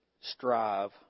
strive